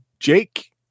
Jake